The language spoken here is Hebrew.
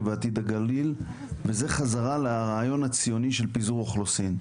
ועתיד הגליל והוא חזרה לרעיון הציוני של פיזור אוכלוסין.